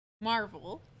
Marvel